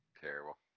Terrible